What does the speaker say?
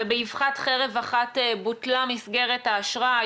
ובאבחת חרב אחת בוטלה מסגרת האשראי,